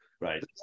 right